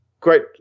great